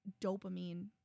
dopamine